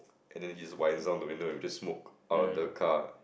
and then he down the window and he was just smoke out of the car